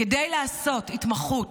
כדי לעשות התמחות